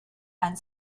and